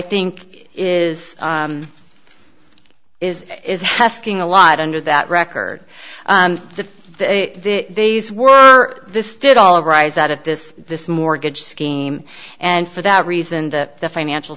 think is is is heskey in a lot under that record the these were this did all arise out of this this mortgage scheme and for that reason that the financial